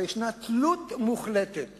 אבל יש תלות מוחלטת